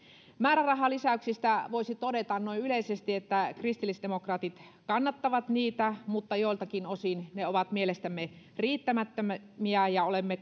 määrärahalisäyksistä voisi todeta noin yleisesti että kristillisdemokraatit kannattavat niitä mutta joiltakin osin ne ovat mielestämme riittämättömiä olemme